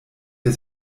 der